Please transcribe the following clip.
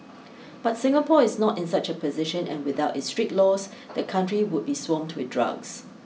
but Singapore is not in such a position and without its strict laws the country would be swamped with drugs